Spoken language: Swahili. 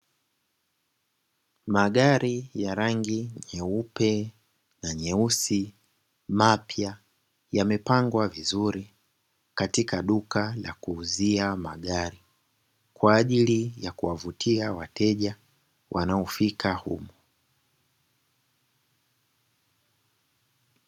Magari ya rangi nyeupe na nyeusi mapya, yamepangwa vizuri katika duka la kuuzia magari, kwa ajili ya kuwavutia wateja wanaofika humo.